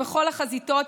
בכל החזיתות,